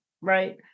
right